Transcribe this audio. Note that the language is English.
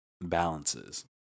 balances